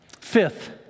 Fifth